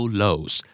lows